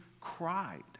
cried